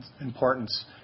importance